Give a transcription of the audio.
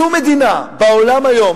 שום מדינה בעולם היום,